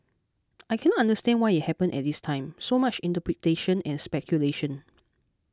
I cannot understand why it happened at this time so much interpretation and speculation